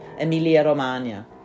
Emilia-Romagna